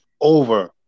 over